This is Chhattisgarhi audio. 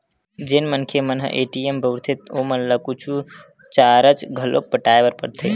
जेन मनखे मन ह ए.टी.एम बउरथे ओमन ल कुछु चारज घलोक पटाय बर परथे